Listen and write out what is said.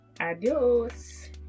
adios